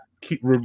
keep